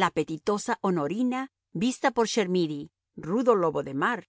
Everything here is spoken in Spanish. la apetitosa honorina vista por chermidy rudo lobo de mar